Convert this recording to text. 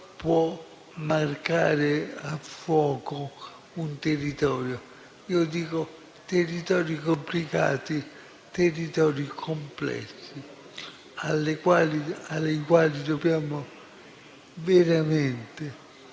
può marcare a fuoco un territorio; parlo di territori complicati, di territori complessi, ai quali dobbiamo veramente